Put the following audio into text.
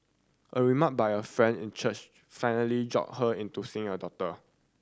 a remark by a friend in church finally jolted her into seeing a doctor